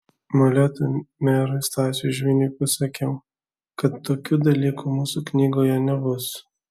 molėtų merui stasiui žviniui pasakiau kad tokių dalykų mūsų knygoje nebus